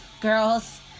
girls